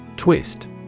Twist